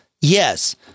yes